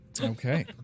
okay